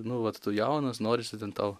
nu vat tu jaunas norisi ten tau